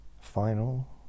final